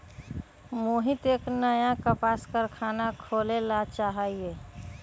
मोहित एक नया कपास कारख़ाना खोले ला चाहा हई